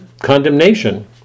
condemnation